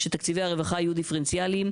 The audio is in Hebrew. שתקציבי הרווחה יהיו דיפרנציאליים,